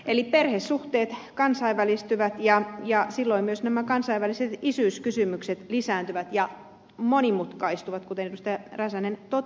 eli perhesuhteet kansainvälistyvät ja silloin myös nämä kansainväliset isyyskysymykset lisääntyvät ja monimutkaistuvat kuten edustaja räsänen totesi